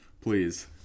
Please